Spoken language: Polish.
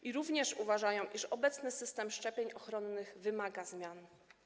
Oni również uważają, iż obecny system szczepień ochronnych wymaga zmian.